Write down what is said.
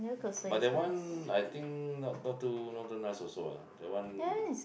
but but that one I think not not too not too nice also lah that one